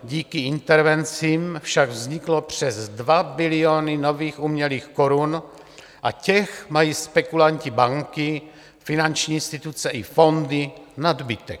Díky intervencím však vzniklo přes 2 biliony nových umělých korun a těch mají spekulanti, banky, finanční instituce i fondy nadbytek.